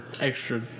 extra